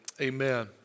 amen